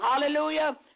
hallelujah